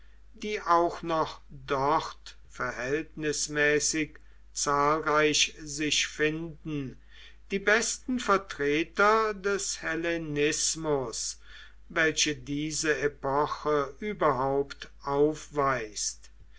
die auch noch dort verhältnismäßig zahlreich sich finden die besten vertreter des hellenismus welche diese epoche überhaupt aufweist